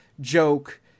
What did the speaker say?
joke